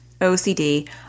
OCD